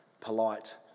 polite